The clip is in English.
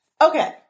Okay